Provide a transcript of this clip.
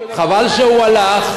חבל שהוא הלך.